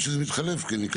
מייעצת בלבד.